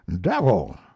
devil